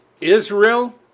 Israel